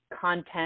content